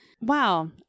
Wow